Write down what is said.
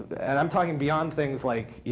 and i'm talking beyond things like yeah